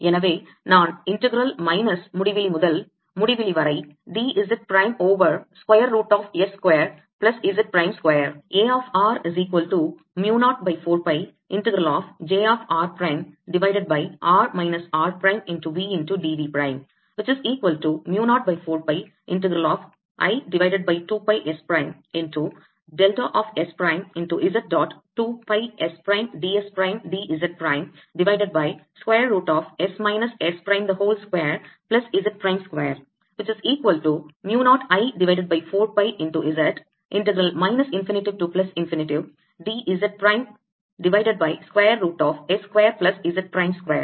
எனவே நான் integral minus முடிவிலி முதல் முடிவிலி வரை d Z prime over square root of S square plus Z prime square